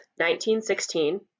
1916